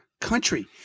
country